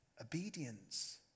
obedience